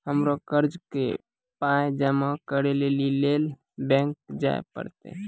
हमरा कर्जक पाय जमा करै लेली लेल बैंक जाए परतै?